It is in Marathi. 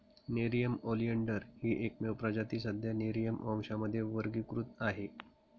नेरिअम ओलियंडर ही एकमेव प्रजाती सध्या नेरिअम वंशामध्ये वर्गीकृत आहे